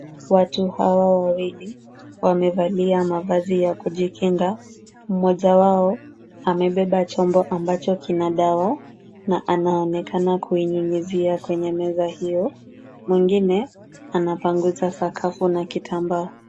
Watu hawa wawili wamevalia mavazi ya kujikinga, mmoja wao amebeba chombo ambacho kina dawa na anaonekana kuinyunyuzia kwenye meza hiyo. Mwingine anapanguza sakafu na kitambaa.